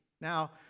Now